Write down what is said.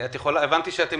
הבנתי שאתם